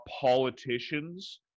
politicians